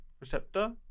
receptor